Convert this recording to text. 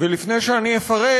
לפני שאפרט,